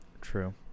True